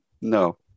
No